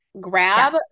grab